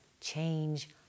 change